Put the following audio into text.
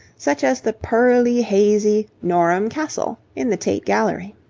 such as the pearly hazy norham castle in the tate gallery.